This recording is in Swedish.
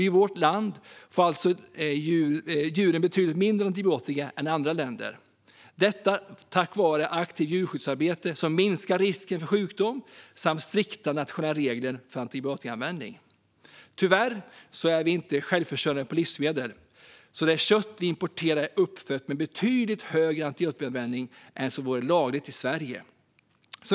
I vårt land får alltså djuren betydligt mindre antibiotika än i andra länder - detta tack vare ett aktivt djurskyddsarbete som minskar risken för sjukdomar samt strikta nationella regler för antibiotikaanvändning. Tyvärr är vi inte självförsörjande i fråga om livsmedel. Det kött vi importerar kommer från djur som är uppfödda i länder där det är betydligt högre antibiotikaanvändning än vad som är lagligt i Sverige.